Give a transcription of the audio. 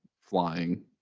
flying